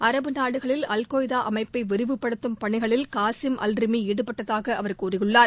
அரபு நாடுகளில் அல்கொய்தா அமைப்பை விரிவுப்படுத்தும் பணிகளில் காசிம் அல் ரிமி ஈடுபட்டதாக அவர் கூறியுள்ளார்